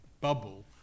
bubble